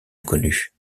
inconnue